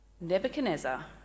Nebuchadnezzar